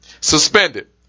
suspended